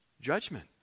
judgment